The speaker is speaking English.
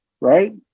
right